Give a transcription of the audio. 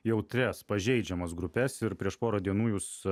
jautrias pažeidžiamas grupes ir prieš porą dienų jūs